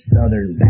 Southern